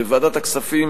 בוועדת הכספים,